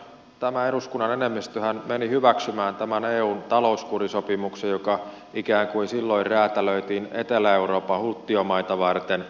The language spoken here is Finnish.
tosiaan tämä eduskunnan enemmistöhän meni hyväksymään tämän eun talouskurisopimuksen joka silloin ikään kuin räätälöitiin etelä euroopan hulttiomaita varten